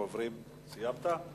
סיימת?